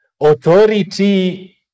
authority